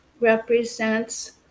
represents